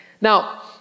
Now